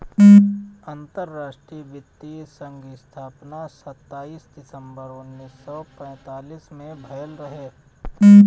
अंतरराष्ट्रीय वित्तीय संघ स्थापना सताईस दिसंबर उन्नीस सौ पैतालीस में भयल रहे